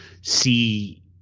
see